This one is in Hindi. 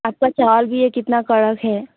आपका चावल भी ये कितना कड़क है